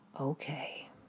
okay